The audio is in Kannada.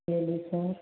ಹೇಳಿ ಸರ್